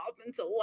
offensive